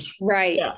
Right